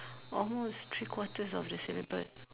almost three quarters of the syllabus